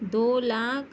دو lakh